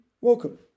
Welcome